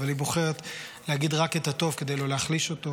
אבל היא בוחרת להגיד רק את הטוב כדי לא להחליש אותו,